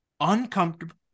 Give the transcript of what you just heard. uncomfortable